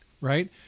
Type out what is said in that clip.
Right